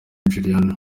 juliana